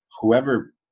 whoever